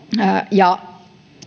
ja